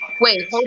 Wait